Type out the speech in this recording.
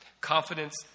confidence